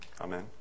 Amen